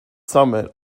summit